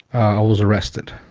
i was arrested.